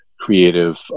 Creative